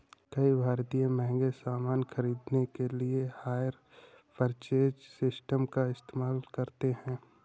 कई भारतीय महंगे सामान खरीदने के लिए हायर परचेज सिस्टम का इस्तेमाल करते हैं